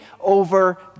over